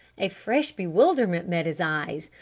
a fresh bewilderment met his eyes.